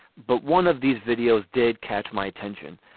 but one of these videos did catch my attention.